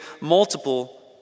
multiple